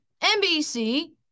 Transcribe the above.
NBC